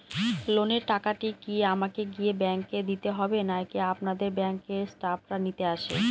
লোনের টাকাটি কি আমাকে গিয়ে ব্যাংক এ দিতে হবে নাকি আপনাদের ব্যাংক এর স্টাফরা নিতে আসে?